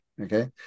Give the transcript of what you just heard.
Okay